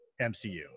MCU